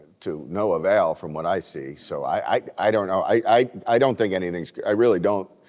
to no avail from what i see. so i i don't know, i i don't think anything's i really don't,